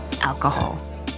alcohol